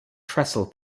trestle